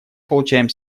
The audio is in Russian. получаем